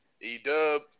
E-Dub